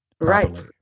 Right